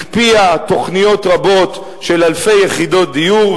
הקפיאה תוכניות רבות של אלפי יחידות דיור,